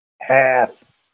Half